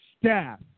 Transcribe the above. staff